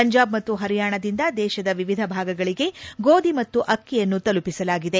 ಪಂಜಾಬ್ ಮತ್ತು ಪರಿಯಾಣದಿಂದ ದೇಶದ ವಿವಿಧ ಭಾಗಗಳಿಗೆ ಗೋಧಿ ಮತ್ತು ಅಕ್ಷಿಯನ್ನು ತಲುಪಿಸಲಾಗಿದೆ